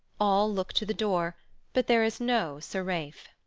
all look to the door but there is no sir ralph.